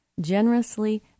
generously